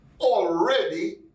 already